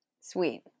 Sweet